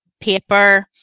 paper